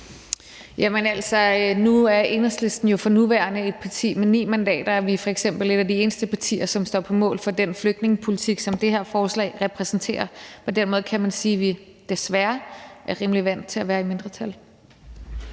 Lund (EL): Nu er Enhedslisten jo for nuværende et parti med ni mandater, og vi er f.eks. et af de eneste partier, som står på mål for den flygtningepolitik, som det her forslag repræsenterer. Dermed kan man sige, at vi desværre er rimelig vant til at være i mindretal.